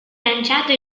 lanciato